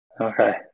Okay